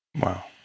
Wow